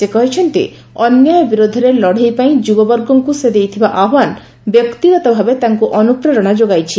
ସେ କହିଛନ୍ତି ଅନ୍ୟାୟ ବିରୋଧରେ ଲଢ଼େଇ ପାଇଁ ଯୁବବର୍ଗଙ୍କ ସେ ଦେଇଥିବା ଆହ୍ୱାନ ବ୍ୟକ୍ତିଗତ ଭାବେ ତାଙ୍କ ଅନ୍ତ୍ରପେରଣା ଯୋଗାଇଛି